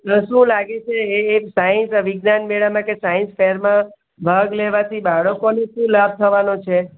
શુ લાગે છે એ સાયન્સ વિજ્ઞાન મેળા કે સાયન્સ ફેરમાં ભાગ લેવાથી બાળકોને શું લાભ થવાનો છે